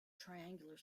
triangular